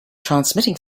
transmitting